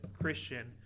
Christian